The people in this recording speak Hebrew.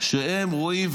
שהם רואים,